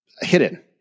hidden